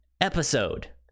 episode